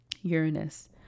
Uranus